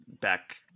back